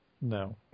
No